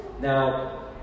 Now